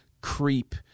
creep